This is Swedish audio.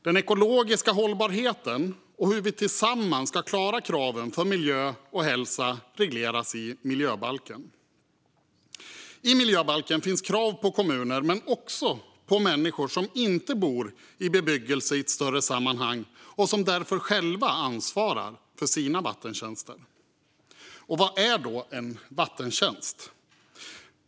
Den ekologiska hållbarheten och hur vi tillsammans ska klara kraven för miljö och hälsa regleras i miljöbalken. I miljöbalken finns krav på kommuner men också på människor som inte bor i bebyggelse i ett större sammanhang och som därför själva ansvarar för sina vattentjänster. Vad är då en vattentjänst?